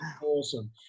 Awesome